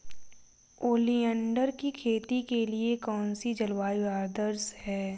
Oleander की खेती के लिए कौन सी जलवायु आदर्श है?